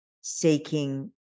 seeking